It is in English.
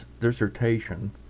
Dissertation